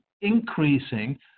increasing